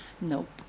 Nope